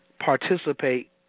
Participate